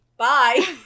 Bye